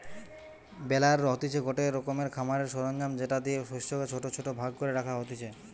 বেলার হতিছে গটে রকমের খামারের সরঞ্জাম যেটা দিয়ে শস্যকে ছোট ছোট ভাগ করে রাখা হতিছে